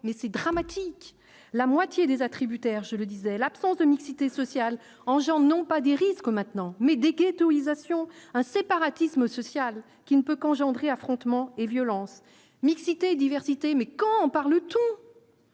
mais c'est dramatique, la moitié des attributaires, je le disais, l'absence de mixité sociale en géant, non pas des risques maintenant, mais des ghettoïsation un séparatisme social qui ne peut qu'engendrer affrontements et violences mixité diversité mais quand on parle tous.